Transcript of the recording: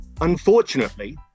unfortunately